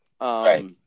Right